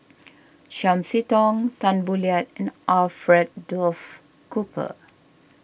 Chiam See Tong Tan Boo Liat and Alfred Duff Cooper